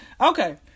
Okay